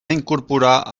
incorporar